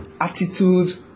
attitude